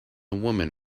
woman